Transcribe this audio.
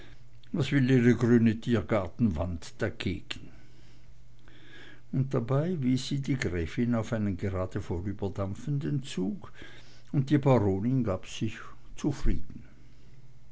was will ihre grüne tiergartenwand dagegen und dabei wies die gräfin auf einen gerade vorüberdampfenden zug und die baronin gab sich zufrieden